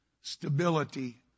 stability